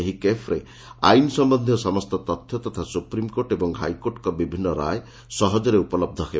ଏହି କେଫ୍ରେ ଆଇନ୍ ସମ୍ୟନ୍ବୀୟ ସମସ୍ତ ତଥ୍ୟ ତଥା ସ୍ବପ୍ରିମ୍କୋର୍ଟ ଏବଂ ହାଇକୋର୍ଟଙ୍କ ବିଭିନ୍ଦ ରାୟ ସହଜରେ ଉପଲହ ହେବ